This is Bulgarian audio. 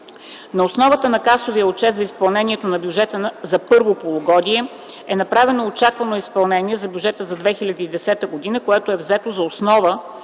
На основата на касовия отчет за изпълнението на бюджета за първото полугодие е направено очаквано изпълнение на бюджета за 2010 г., което е взето за основа